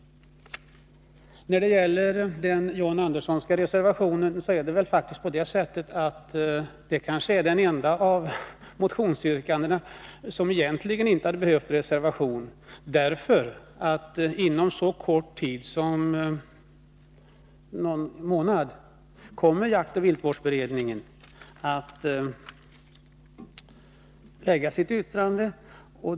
John Anderssons reservation avser faktiskt det kanske enda motionsyrkande som egentligen inte hade behövt någon reservation. Inom så kort tid som någon månad kommer nämligen jaktoch viltvårdsberedningen att lägga fram sitt yttrande.